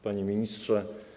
Panie Ministrze!